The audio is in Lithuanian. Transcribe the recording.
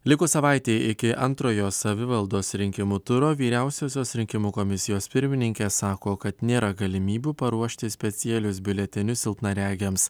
likus savaitei iki antrojo savivaldos rinkimų turo vyriausiosios rinkimų komisijos pirmininkė sako kad nėra galimybių paruošti specialius biuletenius silpnaregiams